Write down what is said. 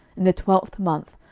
in the twelfth month,